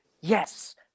Yes